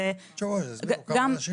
שיבואו לפה.